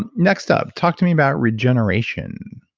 and next, ah talk to me about regeneration.